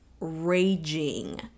raging